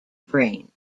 brain